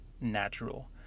natural